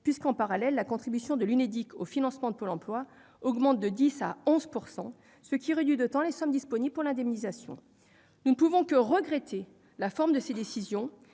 effet, en parallèle, la contribution de l'Unédic au financement de Pôle emploi augmentera de 10 % à 11 %, ce qui réduit d'autant les sommes disponibles pour l'indemnisation. Nous ne pouvons que regretter la forme de ces décisions,